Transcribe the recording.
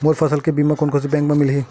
मोर फसल के बीमा कोन से बैंक म मिलही?